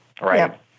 right